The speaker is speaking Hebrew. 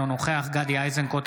אינו נוכח גדי איזנקוט,